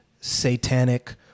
satanic